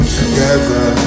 together